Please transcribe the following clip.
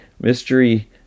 mystery